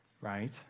right